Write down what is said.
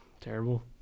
terrible